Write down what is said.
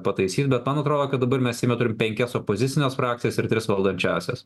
pataisys bet man atrodo kad dabar mes turim penkias opozicines frakcijas ir tris valdančiąsias